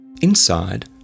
Inside